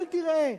אל תראה.